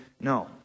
no